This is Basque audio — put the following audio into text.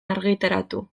argitaratu